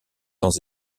sans